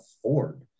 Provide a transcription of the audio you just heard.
afford